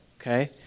okay